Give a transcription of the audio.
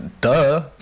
Duh